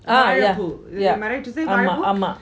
ah yeah yeah ஆமா ஆமா:ama ama